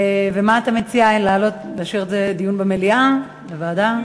ומה אתה מציע, להשאיר את זה דיון במליאה, בוועדה?